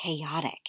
chaotic